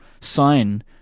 sign